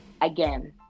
again